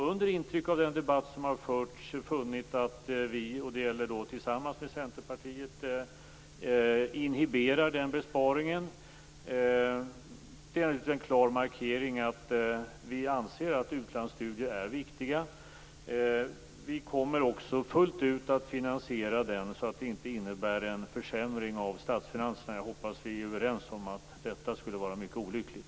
Under intryck av den debatt som har förts har vi tillsammans med Centerpartiet ändå inhiberat den besparingen. Vi har gjort en klar markering att vi anser att utlandsstudier är viktiga. Vi kommer också att fullt ut finansiera denna besparing så att den inte innebär en försämring av statsfinanserna. Jag hoppas att vi är överens om att detta skulle vara mycket olyckligt.